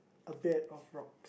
a bed of rock